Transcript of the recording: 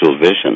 vision